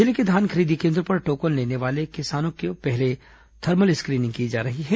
जिले के धान खरीदी केन्द्रों पर टोकन लेने वाले किसानों की पहले थर्मल स्क्रीनिंग की जा रही है